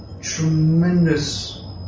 tremendous